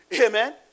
Amen